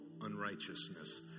unrighteousness